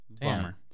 Bummer